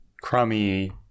crummy